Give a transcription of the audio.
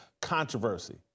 controversy